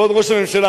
כבוד ראש הממשלה,